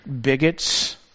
bigots